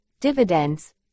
dividends